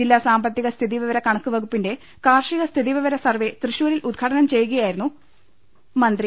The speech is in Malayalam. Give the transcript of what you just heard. ജില്ലാ സാമ്പത്തിക സ്ഥിതി വിവര കണക്ക് വകുപ്പിന്റെ കാർഷിക സ്ഥിതിവിവര സർവ്വേ തൃശൂരിൽ ഉദ്ഘാടനം ചെയ്യുകയായിരുന്നു മന്ത്രി